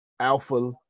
Alpha